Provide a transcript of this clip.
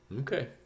Okay